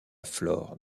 flore